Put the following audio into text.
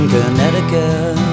Connecticut